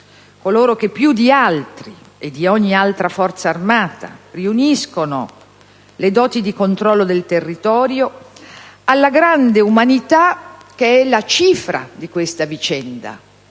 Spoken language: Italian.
coloro che più di altri e di ogni altra Forza armata e di polizia riuniscono le doti di controllo del territorio alla grande umanità, che è la cifra di questa vicenda,